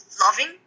loving